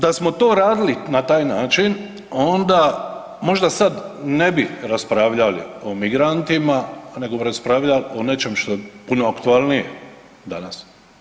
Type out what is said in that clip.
Da smo to radili na taj način onda možda sad ne bi raspravljali o migrantima nego bi raspravljali o nečem što je puno aktualnije danas.